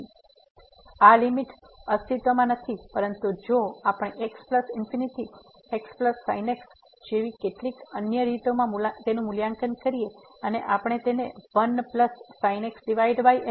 તેથી આ લીમીટ અસ્તિત્વમાં નથી પરંતુ જો આપણે x→∞xsin x જેવી કેટલીક અન્ય રીતોમાં તેનું મૂલ્યાંકન કરીએ અને આપણે તેને 1sin x x તરીકે ફરીથી લખીશું